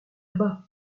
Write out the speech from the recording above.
bas